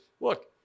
look